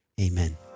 Amen